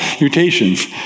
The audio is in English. mutations